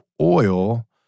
oil